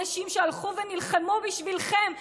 אנשים שהלכו ונלחמו בשבילכם שם,